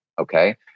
Okay